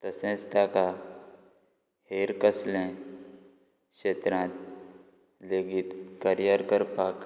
तशेंच ताका हेर कसलेंय क्षेत्रांत लेगीत करियर करपाक